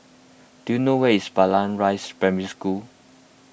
do you know where's Blangah Rise Primary School